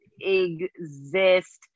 exist